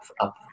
up